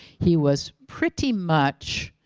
he was pretty much